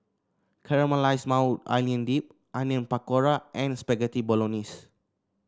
Caramelized Maui Onion Dip Onion Pakora and Spaghetti Bolognese